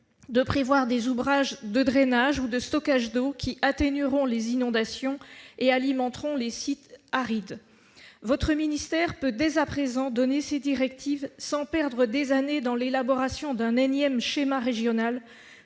de prévoir des ouvrages de drainage ou de stockage d'eau, qui atténueront les inondations ou alimenteront les sites arides. Votre ministère peut, dès à présent, donner ses directives sans perdre des années dans l'élaboration d'un énième schéma régional.